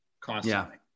constantly